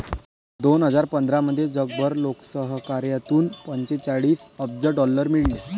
दोन हजार पंधरामध्ये जगभर लोकसहकार्यातून पंचेचाळीस अब्ज डॉलर मिळाले